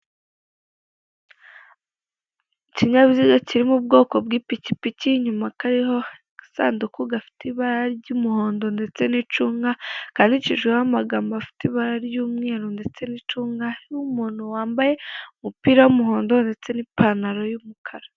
Ikinyabiziga kiri mu bwoko bw'ipikipiki inyuma hakaba hariho agasanduku gafite ibara ry'umuhondo ndetse n'icunga kandikishijeho amagambo afite ibara ry'umweru ndetse n'icunga hariho umuntu wambaye umupira w'umuhondo ndetse n'ipantaro y'umukara.